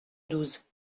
douze